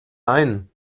ein